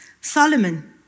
Solomon